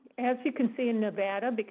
as you can see in nevada, but